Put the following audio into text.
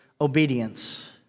obedience